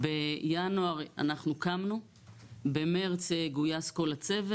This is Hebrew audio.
אנחנו קמנו בינואר, במרץ גויס כל הצוות.